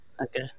okay